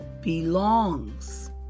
belongs